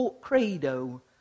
credo